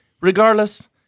regardless